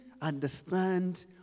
understand